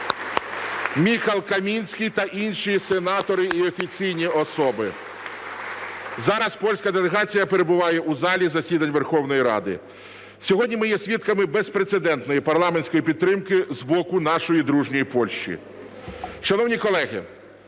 Міхал Каміньський та інші сенатори і офіційні особи. Зараз польська делегація перебуває у залі засідань Верховної Ради. Сьогодні ми є свідками безпрецедентної парламентської підтримки з боку нашої дружньої Польщі. Шановні колеги,